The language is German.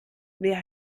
wer